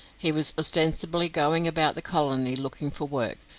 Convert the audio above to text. he was ostensibly going about the colony looking for work,